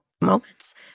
moments